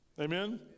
Amen